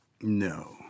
No